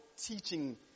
teaching